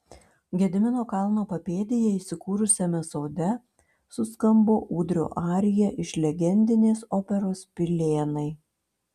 gedimino kalno papėdėje įsikūrusiame sode suskambo ūdrio arija iš legendinės operos pilėnai